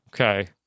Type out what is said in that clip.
okay